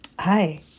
Hi